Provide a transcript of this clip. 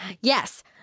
Yes